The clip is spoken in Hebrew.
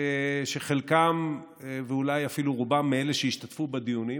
שחלקם ואולי אפילו רוב אלה שהשתתפו בדיונים,